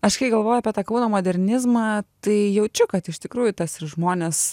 aš kai galvoju apie tą kauno modernizmą tai jaučiu kad iš tikrųjų tas ir žmonės